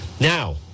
Now